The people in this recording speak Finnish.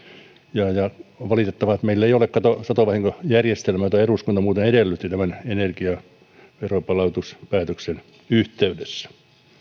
ja on valitettavaa että meillä ei ole satovahinkojärjestelmää jota eduskunta muuten edellytti tämän energiaveron palautuspäätöksen yhteydessä